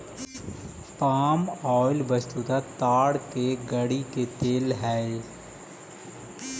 पाम oil वस्तुतः ताड़ के गड़ी के तेल हई